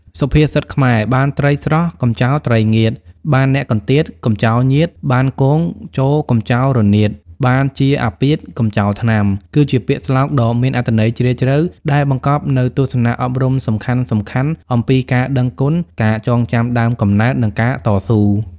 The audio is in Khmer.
សុភាសិតខ្មែរ បានត្រីស្រស់ កុំចោលត្រីងៀត បានអ្នកកន្តៀត កុំចោលញាតិ បានគង ចូរកុំចោលរនាត បានជាអាពាធ កុំចោលថ្នាំ គឺជាពាក្យស្លោកដ៏មានអត្ថន័យជ្រាលជ្រៅ ដែលបង្កប់នូវទស្សនៈអប់រំសំខាន់ៗអំពីការដឹងគុណ ការចងចាំដើមកំណើត និងការតស៊ូ។